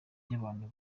y’abantu